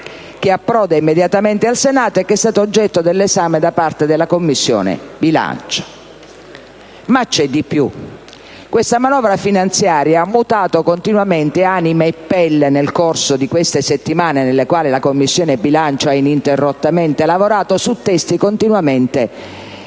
che approda immediatamente al Senato e che è stata oggetto dell'esame da parte della Commissione bilancio. Ma c'è di più. Questa manovra finanziaria ha mutato continuamente anima e pelle nel corso di queste settimana nelle quali la Commissione bilancio ha ininterrottamente lavorato su testi continuamente diversi.